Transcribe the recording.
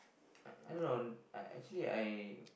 I I don't know I actually I